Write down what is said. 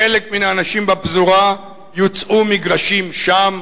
לחלק מן האנשים בפזורה יוצעו מגרשים שם,